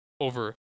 over